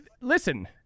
listen